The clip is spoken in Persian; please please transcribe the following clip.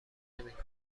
نمیکنم